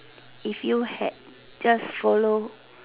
if you had just follow